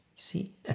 see